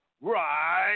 right